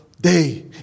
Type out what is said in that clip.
day